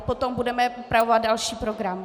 Potom budeme upravovat další program.